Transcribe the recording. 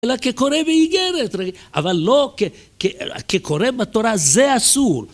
אלא כקורא באיגרת, אבל לא כ... כ... כקורא בתורה, זה אסור!